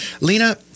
Lena